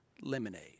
lemonade